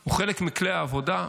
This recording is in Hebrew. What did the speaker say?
הוא חלק מכלי העבודה,